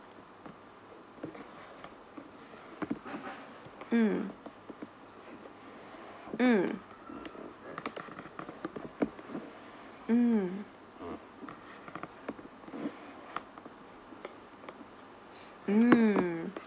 mm mm mm mm